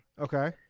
Okay